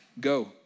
go